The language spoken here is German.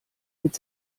mit